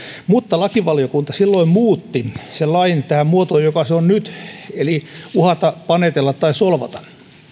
mutta lakivaliokunta silloin muutti lain tähän muotoon joka se on nyt eli uhata panetella tai solvata